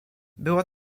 było